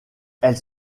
elle